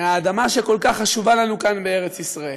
מהאדמה שכל כך חשובה לנו כאן בארץ-ישראל.